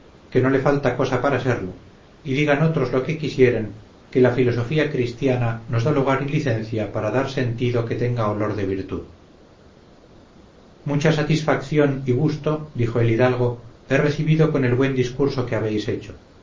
que no le falta cosa para serlo y digan otros lo que quisieren que la filosofía cristiana nos da lugar y licencia para dar sentido que tenga olor de virtud mucha satisfacción y gusto dijo el hidalgo he recibido con el buen discurso que habéis hecho